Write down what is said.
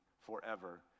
forever